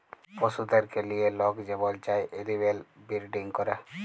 পশুদেরকে লিঁয়ে লক যেমল চায় এলিম্যাল বিরডিং ক্যরে